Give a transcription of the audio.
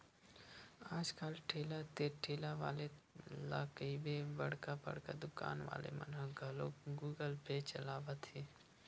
आज कल ठेला ते ठेला वाले ला कहिबे बड़का बड़का दुकान वाले मन ह घलोक गुगल पे चलावत हे